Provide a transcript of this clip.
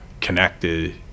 connected